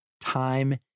time